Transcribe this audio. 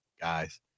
guys